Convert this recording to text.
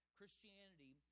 Christianity